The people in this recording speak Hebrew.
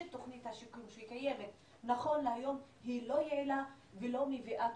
שתוכנית השיקום שקיימת נכון להיום לא יעילה ולא מביאה תוצאות.